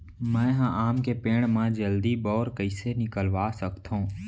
मैं ह आम के पेड़ मा जलदी बौर कइसे निकलवा सकथो?